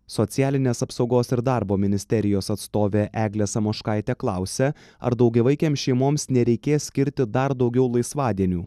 socialinės apsaugos ir darbo ministerijos atstovė eglė samoškaitė klausia ar daugiavaikėms šeimoms nereikės skirti dar daugiau laisvadienių